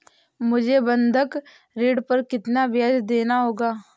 मुझे बंधक ऋण पर कितना ब्याज़ देना होगा?